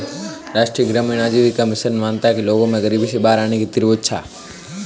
राष्ट्रीय ग्रामीण आजीविका मिशन मानता है कि लोगों में गरीबी से बाहर आने की तीव्र इच्छा है